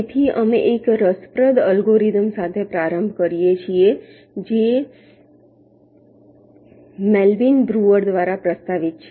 તેથી અમે એક રસપ્રદ અલ્ગોરિધમ સાથે પ્રારંભ કરીએ છીએ જે મેલ્વિન બ્રુઅર દ્વારા પ્રસ્તાવિત છે